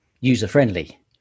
user-friendly